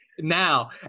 now